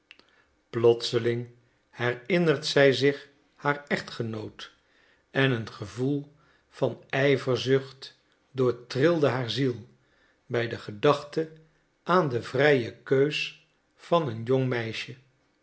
plotseling herinnert zij zich haar echtgenoot en een gevoel van ijverzucht doortrilde haar ziel bij de gedachte aan de vrije keus van een jong meisje